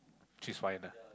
she's fine lah